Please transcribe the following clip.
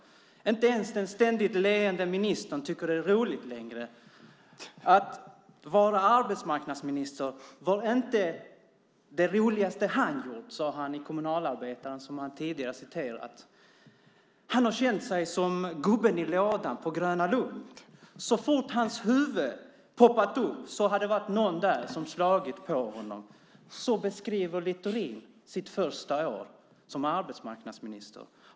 Inte ens den ständigt leende ministern tycker att det är roligt längre. Att vara arbetsmarknadsminister var inte det roligaste han har gjort, sade han i Kommunalarbetaren som han tidigare citerade. Han har känt sig som gubben i lådan på Gröna Lund. Så fort hans huvud har poppat upp har det varit någon där som har slagit på honom. Så beskriver Littorin sitt första år som arbetsmarknadsminister.